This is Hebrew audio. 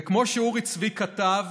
וכמו שאורי צבי כתב